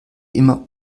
immer